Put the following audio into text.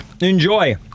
Enjoy